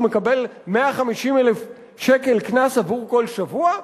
הוא מקבל 150,000 שקל קנס עבור כל שבוע.